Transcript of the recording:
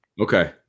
Okay